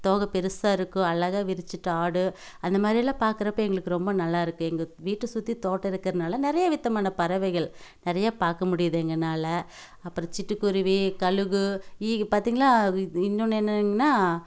தோகை பெருசாக இருக்கும் அழகாக விரித்துட்டு ஆடும் அந்த மாதிரிலாம் பார்க்கறப்ப எங்களுக்கு ரொம்ப நல்லாயிருக்கு எங்கள் வீட்டை சுற்றி தோட்டம் இருக்கறதுனால நிறைய விதமான பறவைகள் நிறைய பார்க்க முடியுது எங்களால அப்புறம் சிட்டுக்குருவி கழுகு ஈகி பார்த்தீங்களா இன்னொன்று என்னங்கனா